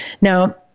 Now